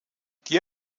die